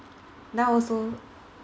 now also